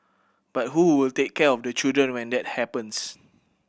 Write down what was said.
but who will take care of the children when that happens